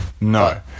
no